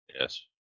Yes